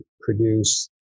produce